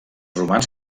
romans